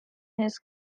his